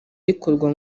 rikorwa